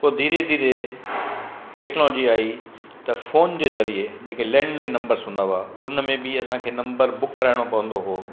पोइ धीरे धीरे टैक्नोलॉजी आई त फोन जे ज़रिए जेके लैंडलाइन नंबर्स हूंदा हुआ उन में बि असांखे नंबर बुक कराइणो पवंदो हुओ